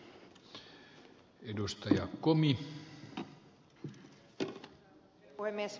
arvoisa puhemies